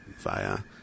via